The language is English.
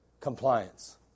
Compliance